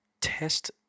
test